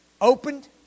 opened